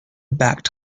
backed